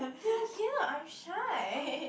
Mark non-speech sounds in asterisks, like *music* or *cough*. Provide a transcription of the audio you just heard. feel here I shy *laughs*